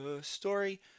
Story